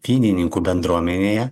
vynininkų bendruomenėje